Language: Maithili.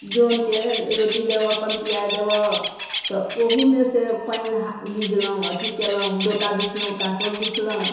जनके रोटी देबऽ पानिपियै देबऽ तऽ ओहूमेसँ पानि गिजलहुँ अथी कयलहुँ डोका बिछलहुँ काङ्कोड़ बिछलहुँ